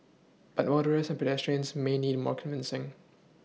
but motorists and pedestrians may need more convincing